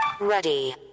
Ready